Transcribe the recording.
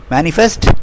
Manifest